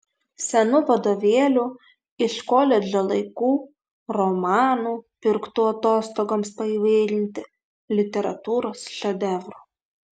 senų vadovėlių iš koledžo laikų romanų pirktų atostogoms paįvairinti literatūros šedevrų